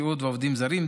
סיעוד ועובדים זרים,